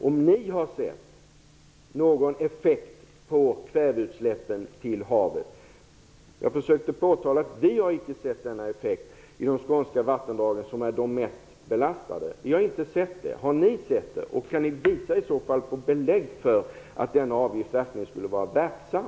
Har ni sett någon effekt på kväveutsläppen till havet? Jag har försökt påpeka att vi inte har sett någon sådan effekt i de skånska vattendragen, som är de mest belastade. Har ni sett en sådan, och kan ni i så fall visa några belägg för att denna avgift verkligen skulle vara verksam?